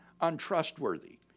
untrustworthy